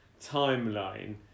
timeline